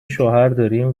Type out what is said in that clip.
شوهرداریم